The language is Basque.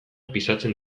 pisatzen